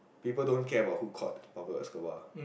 people don't care about who caught Pablo Escobar